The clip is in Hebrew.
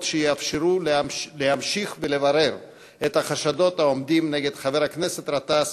שיאפשרו להמשיך ולברר את החשדות העומדים נגד חבר הכנסת גטאס